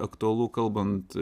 aktualu kalbant